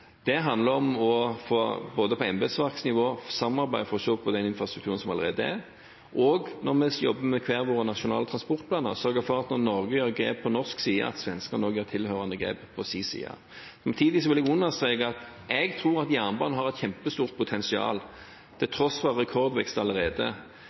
Det handler både om samarbeid på embetsverksnivå for å se på den infrastrukturen som allerede er, og, mens vi jobber med hver våre nasjonale transportplaner, om å sørge for at når Norge tar grep på norsk side, tar svenskene tilhørende grep på sin side. Samtidig vil jeg understreke at jeg tror jernbanen har et kjempestort potensial til